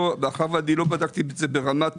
מאחר ואני לא בדקתי את זה ברמה.